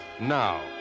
now